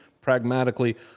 pragmatically